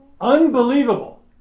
Unbelievable